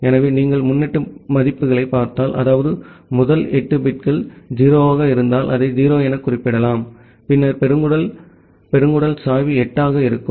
எனவே நீங்கள் முன்னொட்டு மதிப்புகளைப் பார்த்தால் அதாவது முதல் 8 பிட்கள் 0 ஆக இருந்தால் அதை 0 எனக் குறிப்பிடலாம் பின்னர் பெருங்குடல் பெருங்குடல் சாய்வு 8 ஆக இருக்கும்